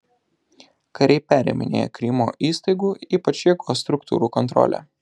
kariai periminėja krymo įstaigų ypač jėgos struktūrų kontrolę